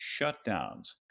shutdowns